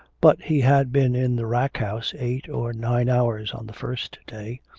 but he had been in the rack-house eight or nine hours on the first day,